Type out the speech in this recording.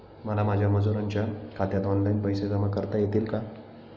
मला माझ्या मजुरांच्या खात्यात ऑनलाइन पैसे जमा करता येतील का?